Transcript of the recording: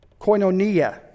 koinonia